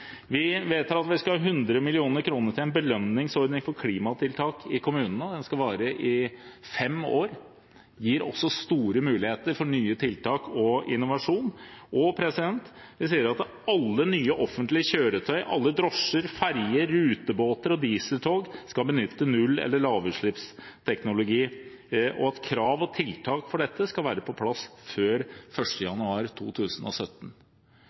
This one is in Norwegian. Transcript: Vi vedtar at vi skal ha 100 mill. kr til en belønningsordning for klimatiltak i kommunene, og den skal vare i fem år. Det gir også store muligheter for nye tiltak og innovasjon. Vi sier også at alle nye offentlige kjøretøy og alle nye drosjer, ferjer, rutebåter og dieseltog skal benytte lav- eller nullutslippsteknologi, og at krav og tiltak for dette skal være på plass før 1. januar 2017.